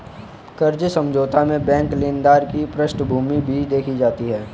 कर्ज समझौता में बैंक लेनदार की पृष्ठभूमि भी देखती है